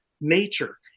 nature